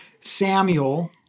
Samuel